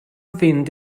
fynd